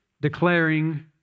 declaring